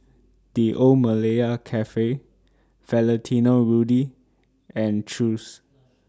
The Old Malaya Cafe Valentino Rudy and Chew's